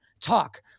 talk